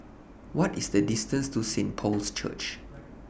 What IS The distance to Saint Paul's Church